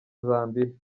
zambia